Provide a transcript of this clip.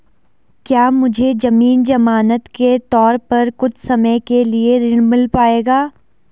क्या मुझे ज़मीन ज़मानत के तौर पर कुछ समय के लिए ऋण मिल पाएगा?